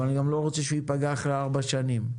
אבל אני גם לא רוצה שהוא ייפגע אחרי ארבע שנים.